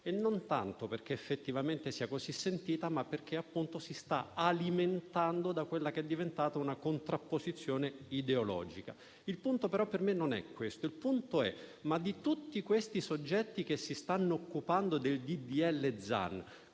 e non tanto perché effettivamente sia così sentita, ma perché si sta alimentando da quella che è diventata una contrapposizione ideologica. Il punto però per me non è questo, ma il seguente: di tutti questi soggetti che si stanno occupando del disegno